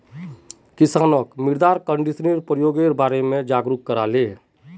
किसानक मृदा कंडीशनरेर प्रयोगेर बारे जागरूक कराले